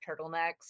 turtlenecks